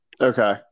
Okay